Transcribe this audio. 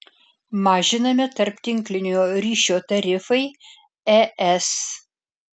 mažinami tarptinklinio ryšio tarifai es